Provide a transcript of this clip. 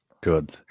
Good